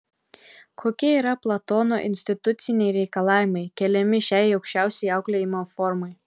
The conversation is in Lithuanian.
kokie yra platono instituciniai reikalavimai keliami šiai aukščiausiai auklėjimo formai